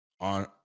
on